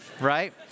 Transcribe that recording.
right